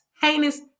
heinous